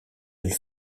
elles